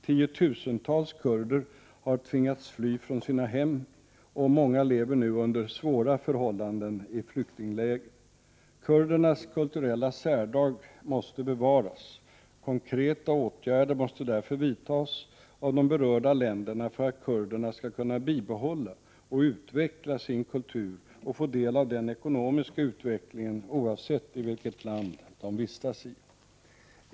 Tiotusentals kurder har tvingats fly från sina hem och många lever nu under svåra förhållanden i flyktingläger. Kurdernas kulturella särdrag måste bevaras. Konkreta åtgärder måste därför vidtas av de berörda länderna för att kurderna skall kunna bibehålla och utveckla sin kultur och få del av den ekonomiska utvecklingen oavsett vilket land de vistas i.